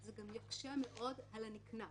זה גם יקשה מאוד על הנקנס,